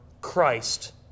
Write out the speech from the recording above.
Christ